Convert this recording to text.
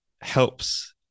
helps